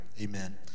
amen